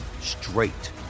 straight